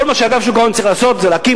כל מה שאגף שוק ההון צריך לעשות זה להקים